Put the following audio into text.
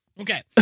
Okay